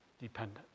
Dependent